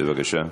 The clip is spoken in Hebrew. בבקשה.